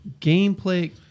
gameplay